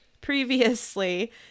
previously